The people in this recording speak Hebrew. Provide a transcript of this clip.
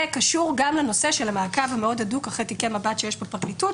זה קשור גם לנושא של מעקב מאוד הדוק אחרי תיקי מב"ד שיש בפרקליטות,